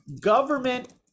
government